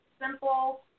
simple